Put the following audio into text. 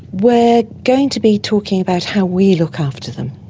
we're going to be talking about how we look after them.